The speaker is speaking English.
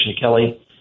Kelly